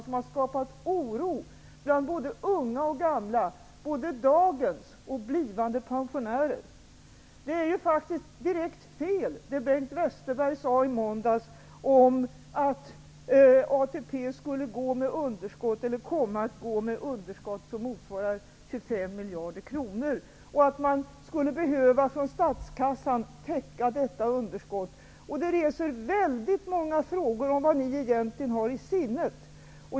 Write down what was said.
Det har skapat oro både bland unga och gamla, både dagens pensionärer och blivande. Det Bengt Westerberg sade i måndags om att ATP skulle komma att gå med underskott som motsvarar 25 miljarder kronor och att man skulle behöva täcka detta underskott från statskassan är direkt fel. Det ger upphov till väldigt många frågor om vad ni egentligen har i sinnet.